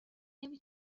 نمی